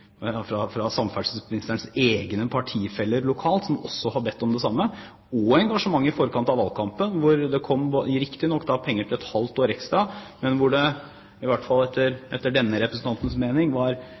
fra samferdselsministerens egne partifeller lokalt, som også har bedt om det samme, og engasjementet i forkant av valgkampen, hvor det riktignok kom penger til et halvt år ekstra, men hvor det, i hvert fall etter